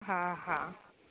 हा हा